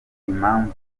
impamvu